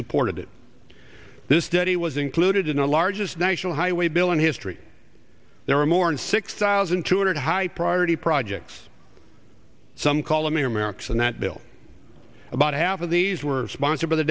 supported this study was included in the largest national highway bill in history there are more and six thousand two hundred high priority projects some call america's and that bill about half of these were sponsored by the